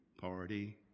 party